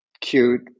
cute